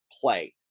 play